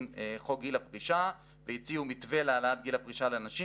חוק גיל הפרישה והציעו מתווה להעלאת גיל הפרישה לנשים,